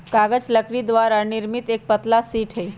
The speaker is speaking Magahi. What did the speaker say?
कागज लकड़ी द्वारा निर्मित एक पतला शीट हई